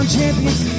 Champion's